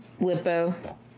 Lippo